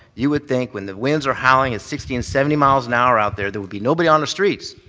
you would think when the winds are howling at sixty, and seventy miles an hour out there, there would be nobody on the streets,